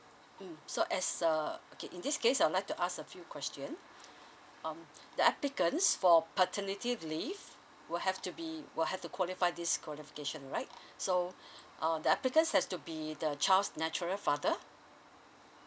mm so as a okay in this case I would like to ask a few question um the applicants for paternity leave will have to be will have to qualify this qualification right so um the applicants has to be the child's natural father